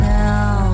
now